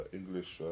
English –